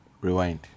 rewind